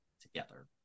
together